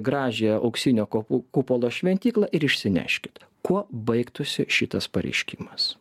gražiąją auksinio ko kupolo šventyklą ir išsineškit kuo baigtųsi šitas pareiškimas